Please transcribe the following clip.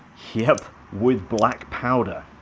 yep, with black powder.